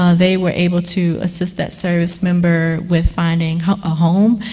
ah they were able to assist that service member with finding a home.